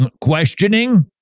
questioning